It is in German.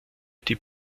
die